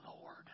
Lord